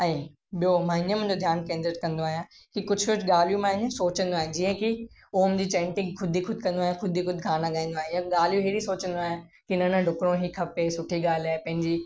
ऐं ॿियो मां हीअं नमुने ध्यानु केंद्रित कंदो आहियां की कुझु कुझु ॻाल्हियूं मां ईअं सोचिंदो आहियां की ओम जी चेंटिंग खुदि ई खुदि कंदो आहुयां खुदि ई खुदि गाना ॻाईंदो आहियां या ॻाल्हि अहिड़ी सोचंदो आहियां की न न डुकणो ई खपे सुठी ॻाल्हि आहे पंहिंजी